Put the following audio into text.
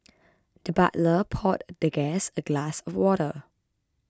the butler poured the guest a glass of water